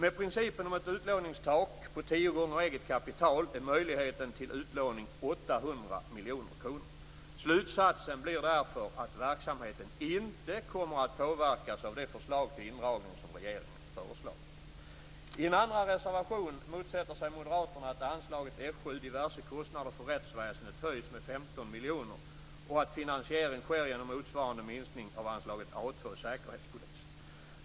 Med principen om ett utlåningstak på tio gånger eget kapital är möjligheten till utlåning 800 miljoner kronor. Slutsatsen blir därför att verksamheten inte kommer att påverkas av det förslag till indragning som regeringen lagt fram. I en andra reservation motsätter sig moderaterna att anslaget F 7 Diverse kostnader för rättsväsendet höjs med 15 miljoner kronor och att finansiering sker genom motsvarande minskning av anslaget A 2 Säkerhetspolisen.